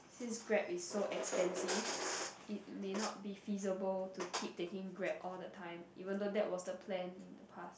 since Grab is so expensive it may not feasible to keep taking Grab all the time even though that was the plan in the past